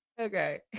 Okay